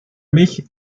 mich